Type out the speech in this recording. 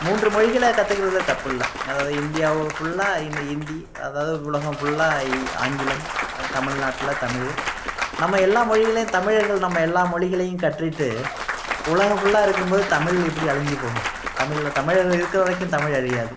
மூன்று மொழிகளை கத்துக்குறதில் தப்பில்ல அதாவது இந்தியாவும் ஃபுல்லா இந் இந்தி அதாவது உலகம் ஃபுல்லா இ ஆங்கிலம் தமிழ்நாட்டில் தமிழ் நம்ம எல்லா மொழிகளையும் தமிழகர்கள் நம்ம எல்லா மொழிகளையும் கற்றுகிட்டு உலகம் ஃபுல்லா இருக்கும் போது தமிழ் எப்படி அழிஞ்சி போகும் தமிழில் தமிழர்கள் இருக்குகிற வரைக்கும் தமிழ் அழியாது